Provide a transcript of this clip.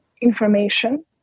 information